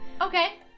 Okay